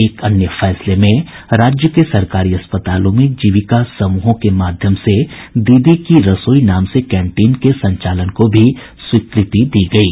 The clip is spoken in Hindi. एक अन्य फैसले में राज्य के सरकारी अस्पतालों में जीविका समूहों के माध्यम से दीदी की रसोई नाम से कैंटीन के संचालन को भी स्वीकृति दी गयी